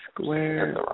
square